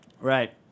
Right